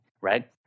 right